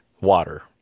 water